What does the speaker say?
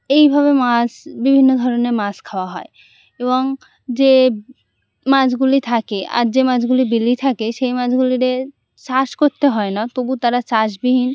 এইভাবে মাছ বিভিন্ন ধরনের মাছ খাওয়া হয় এবং যে মাছগুলি থাকে আর যে মাছগুলি বিলে থাকে সেই মাছগুলিরে চাষ করতে হয় না তবু তারা চাষবিহীন